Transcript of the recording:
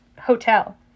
hotel